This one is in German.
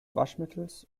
waschmittels